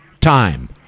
time